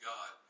God